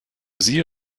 sie